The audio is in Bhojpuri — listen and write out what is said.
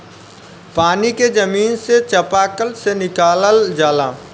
पानी के जमीन से चपाकल से निकालल जाला